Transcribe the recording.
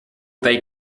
they